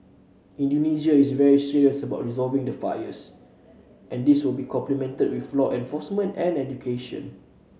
Indonesia is very serious about resolving the fires and this will be complemented with law enforcement and education